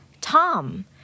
Tom